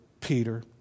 Peter